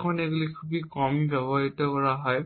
তাই এগুলি খুব কমই ব্যবহৃত হয়